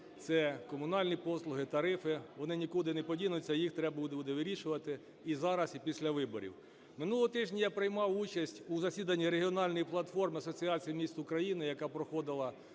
це комунальні послуги, тарифи, - вони нікуди не подінуться, їх треба буде вирішувати і зараз, і після виборів. Минулого тижня я приймав участь у засіданні регіональної платформи Асоціації міст України, яка проходила